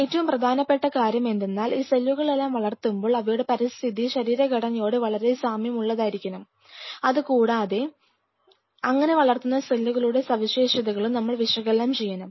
ഏറ്റവും പ്രധാനപ്പെട്ട കാര്യം എന്തെന്നാൽ ഈ സെല്ലുകളെല്ലാം വളർത്തുമ്പോൾ അവയുടെ പരിസ്ഥിതി ശരീരഘടനയോട് വളരെ സാമ്യമുള്ളതായിരിക്കണം അതുകൂടാതെ അങ്ങനെ വളർത്തുന്ന സെല്ലുകളുടെ സവിശേഷതകളും നമ്മൾ വിശകലനം ചെയ്യണം